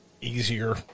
easier